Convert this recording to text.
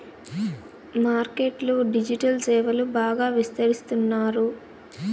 market లో digital సేవలు బాగా విస్తరిస్తున్నారు